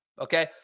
Okay